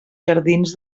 jardins